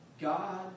God